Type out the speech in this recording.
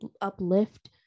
uplift